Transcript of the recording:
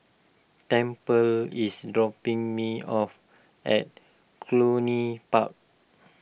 Tample is dropping me off at Cluny Park